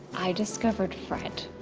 i discovered fred.